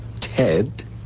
Ted